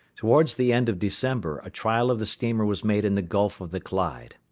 towards the end of december a trial of the steamer was made in the gulf of the clyde.